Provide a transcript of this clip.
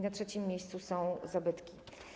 Na trzecim miejscu są zabytki.